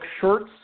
shirts